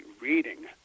reading